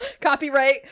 copyright